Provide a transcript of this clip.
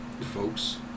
Folks